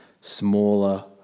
smaller